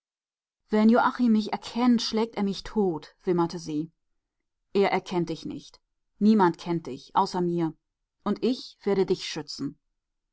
wenn joachim mich erkennt schlägt er mich tot wimmerte sie er erkennt dich nicht niemand kennt dich außer mir und ich werde dich schützen